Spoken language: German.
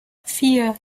vier